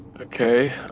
Okay